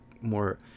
more